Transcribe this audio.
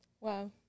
Wow